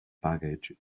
baggage